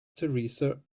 theresa